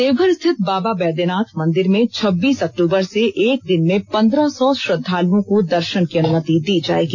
देवघर स्थित बाबा बैद्यनाथ मंदिर में छब्बीस अक्टूबर से एक दिन में पंद्रह सौ श्रद्वालुओं को दर्शन की अनुमति दी जाएगी